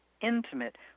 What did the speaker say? intimate